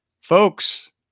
folks